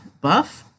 buff